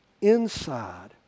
inside